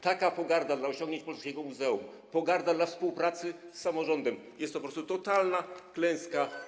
Taka pogarda dla osiągnięć polskiego muzeum, pogarda dla współpracy z samorządem to jest to po prostu totalna klęska